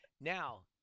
Now